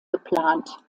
geplant